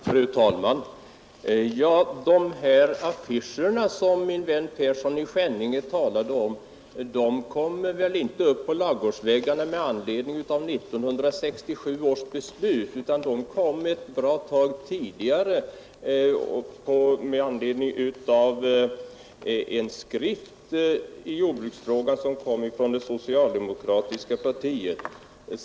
Fru talman! De affischer som min vän herr Persson i Skänninge talade om kom inte upp på ladugårdsväggarna med anledning av 1967 års beslut om den framtida jordbrukspolitiken, utan de kom ett bra tag tidigare med anledning av en skrift i jordbruksfrågan från det socialdemokratiska partiet.